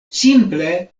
simple